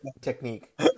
technique